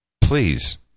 Please